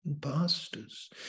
pastors